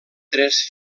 tres